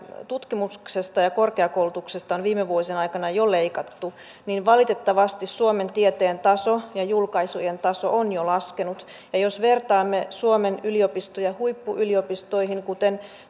tutkimuksesta ja korkeakoulutuksesta on viime vuosien aikana jo leikattu niin valitettavasti suomen tieteen taso ja julkaisujen taso on jo laskenut jos vertaamme suomen yliopistoja huippuyliopistoihin kuten